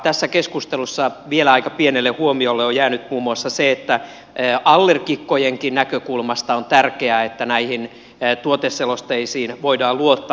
tässä keskustelussa vielä aika pienelle huomiolle on jäänyt muun muassa se että allergikkojenkin näkökulmasta on tärkeää että näihin tuoteselosteisiin voidaan luottaa